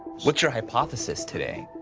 what's your hypothesis today?